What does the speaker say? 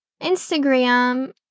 Instagram